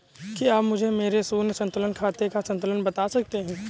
क्या आप मुझे मेरे शून्य संतुलन खाते का संतुलन बता सकते हैं?